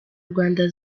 rwanda